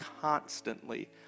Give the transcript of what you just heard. constantly